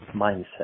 mindset